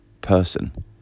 person